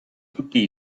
tutti